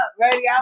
ready